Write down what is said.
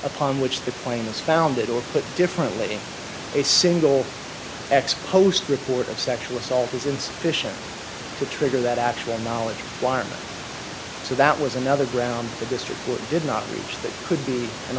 upon which the plane is found it or put differently a single ex post report of sexual assault is insufficient to trigger that actual knowledge so that was another ground the district court did not reach that could be an